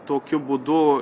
tokiu būdu